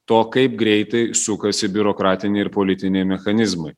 to kaip greitai sukasi biurokratiniai ir politiniai mechanizmai